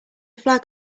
flag